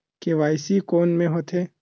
KYC कोन में होथे?